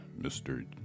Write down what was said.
Mr